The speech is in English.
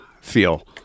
feel